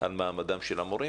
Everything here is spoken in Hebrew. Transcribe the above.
על מעמדם של המורים.